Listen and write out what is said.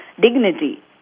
dignity